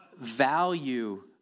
value